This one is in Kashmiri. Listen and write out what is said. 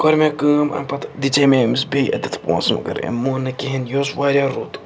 کوٚر مےٚ کٲم اَمہِ پَتہٕ دِژے مےٚ أمِس بیٚیہِ اَتٮ۪تھ پونٛسہٕ مگر أمۍ مون نہٕ کِہیٖنۍ یہِ اوس وارِیاہ رُت